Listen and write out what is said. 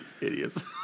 Idiots